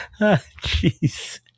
Jeez